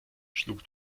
schlug